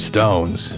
Stones